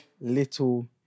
little